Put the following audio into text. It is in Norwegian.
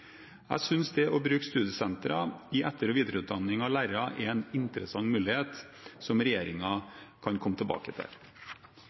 Jeg synes det å bruke studiesentre i etter- og videreutdanning av lærere er en interessant mulighet som